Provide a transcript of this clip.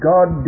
God